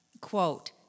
Quote